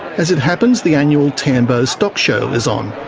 as it happens, the annual tambo stock show is on.